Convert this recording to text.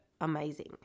amazing